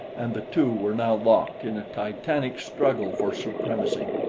and the two were now locked in a titanic struggle for supremacy.